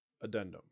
Addendum